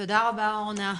תודה רבה אורנה.